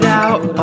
out